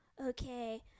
okay